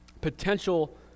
Potential